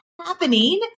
happening